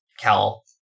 Cal